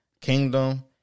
kingdom